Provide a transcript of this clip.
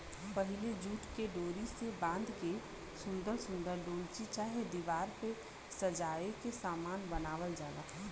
पहिले जूटे के डोरी से बाँध के सुन्दर सुन्दर डोलची चाहे दिवार पे सजाए के सामान बनावल जाला